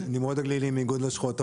נמרוד הגלילי מאיגוד לשכות המסחר.